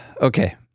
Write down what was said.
Okay